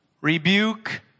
Rebuke